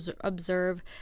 observe